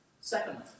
Secondly